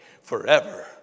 forever